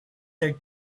their